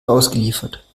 ausgeliefert